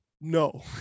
no